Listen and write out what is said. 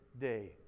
day